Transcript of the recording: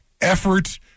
Effort